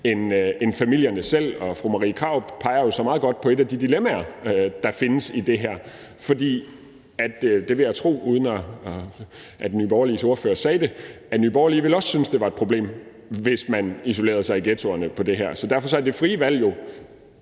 end familierne selv, og fru Marie Krarup peger jo så meget godt på et af de dilemmaer, der findes i det her, for jeg vil tro, uden at Nye Borgerliges ordfører sagde det, at Nye Borgerlige også ville synes, at det var et problem, hvis man isolerede sig i ghettoerne ved det her. Så derfor er det frie valg jo